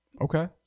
Okay